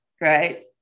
right